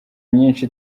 myinshi